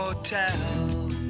Hotel